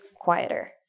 quieter